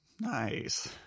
Nice